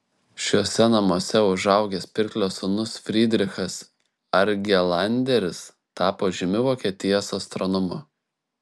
šiuose namuose užaugęs pirklio sūnus frydrichas argelanderis tapo žymiu vokietijos astronomu